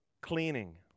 cleaning